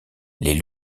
les